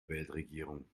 weltregierung